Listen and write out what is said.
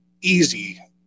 easy